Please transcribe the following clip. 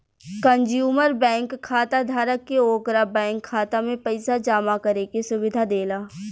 consumer bank खाताधारक के ओकरा बैंक खाता में पइसा जामा करे के सुविधा देला